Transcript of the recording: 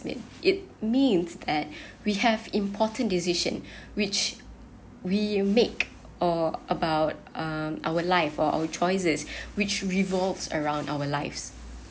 when it means that we have important decision which we make or about uh our life or our choices which revolves around our lives